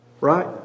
right